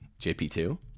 JP2